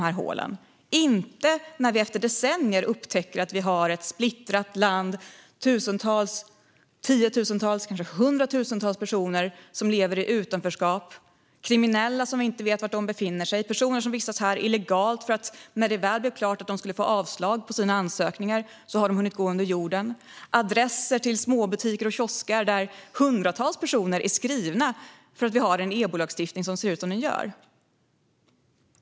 Detta ska vi inte göra efter decennier när vi upptäcker att vi har ett splittrat land med tusentals, tiotusentals eller kanske hundratusentals personer som lever i utanförskap. Det kan då finnas kriminella här som vi inte vet var de befinner sig. Det kan finnas personer som vistas här illegalt. När det väl blev klart att de skulle få avslag på sina ansökningar har de hunnit gå under jorden. Det kan vara hundratals personer som är skrivna på adresser till småbutiker och kiosker, eftersom vi har en EBO-lagstiftning som ser ut som den gör.